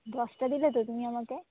দশটা দিলে তো তুমি আমাকে